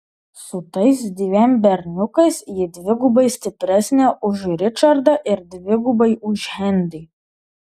su tais dviem berniukais ji dvigubai stipresnė už ričardą ir dvigubai už henrį